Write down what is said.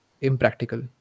impractical